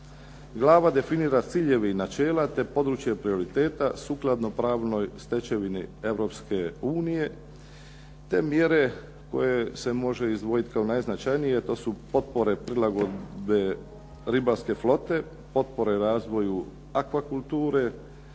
Glava definira ciljeve i načela, te područje prioriteta sukladno pravnoj stečevini Europske unije, te mjere koje se može izdvojiti kao najznačajnije. To su potpore prilagodbe ribarske flote, potpore razvoju aqua kulture,